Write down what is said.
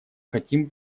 хотим